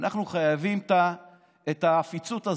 אנחנו חייבים את העפיצות הזאת,